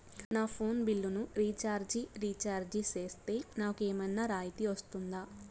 నా ఫోను బిల్లును recharge recharge సేస్తే, నాకు ఏమన్నా రాయితీ వస్తుందా?